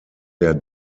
der